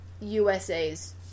USA's